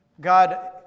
God